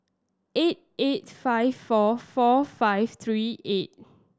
eight eight five four four five three eight